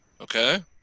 okay